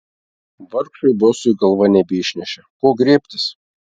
vargšui bosui galva nebeišnešė ko griebtis